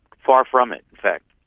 far from it in fact.